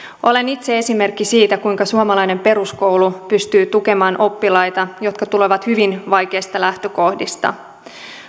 olen itse esimerkki siitä kuinka suomalainen peruskoulu pystyy tukemaan oppilaita jotka tulevat hyvin vaikeista lähtökohdista